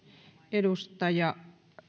edustaja